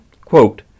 Quote